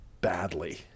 badly